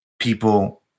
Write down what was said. people